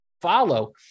Follow